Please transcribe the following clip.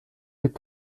est